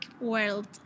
world